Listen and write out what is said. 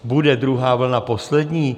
Bude druhá vlna poslední?